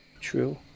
True